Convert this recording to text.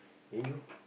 then you